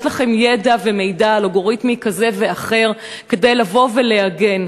יש לכן ידע ומידע אלגוריתמי כזה או אחר כדי להגן.